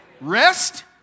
rest